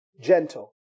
gentle